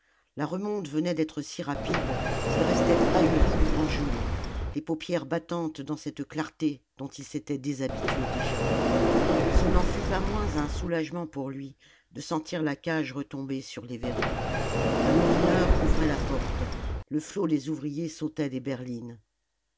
la remonte venait d'être si rapide qu'il restait ahuri du grand jour les paupières battantes dans cette clarté dont il s'était déshabitué déjà ce n'en fut pas moins un soulagement pour lui de sentir la cage retomber sur les verrous un moulineur ouvrait la porte le flot des ouvriers sautait des berlines